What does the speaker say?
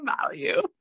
value